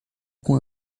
com